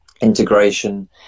integration